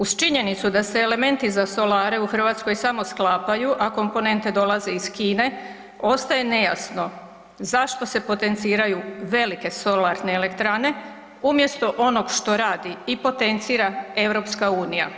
Uz činjenicu da se elementi za solare u Hrvatskoj samo sklapaju, a komponente dolaze iz Kine, ostaje nejasno zašto se potenciraju velike solarne elektrane umjesto onog što radi i potencira EU?